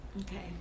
Okay